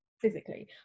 physically